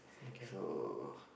so